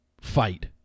fight